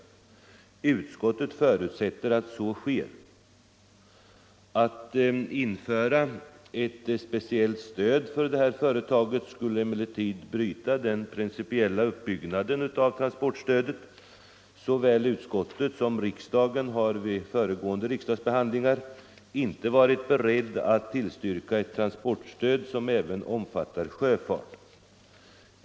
Utskottet förutsätter också att så sker. Att härför införa ett stöd i särskild ordning för nämnda företag skulle emellertid enligt utskottets uppfattning inte vara förenligt med den av riksdagen tidigare godtagna, principiella uppbyggnaden av transportstödet —-—--.” Utskottet och riksdagen har vid föregående riksdagsbehandlingar inte varit beredda att tillstyrka ett transportstöd som även omfattar sjöfarten.